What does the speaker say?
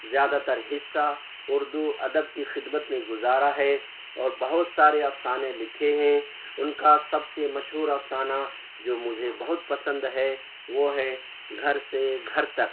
زیادہ تر حصہ اردو ادب کی خدمت میں گزارا ہے اور بہت سارے افسانے لکھے ہیں ان کا سب سے مشہور افسانہ جو مجھے بہت پسند ہے وہ ہے گھر سے گھر تک